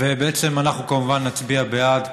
ואנחנו כמובן נצביע בעד,